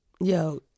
Yo